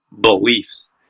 beliefs